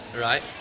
Right